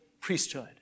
priesthood